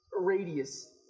radius